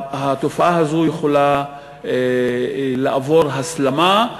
התופעה הזאת עלולה לעבור הסלמה,